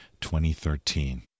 2013